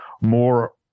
more